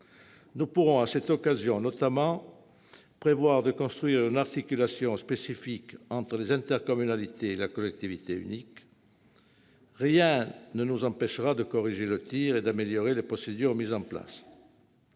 nous pourrons notamment prévoir de construire une articulation spécifique entre les intercommunalités et la collectivité unique. Rien ne nous empêchera de corriger le tir et d'améliorer les procédures mises en place.